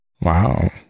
Wow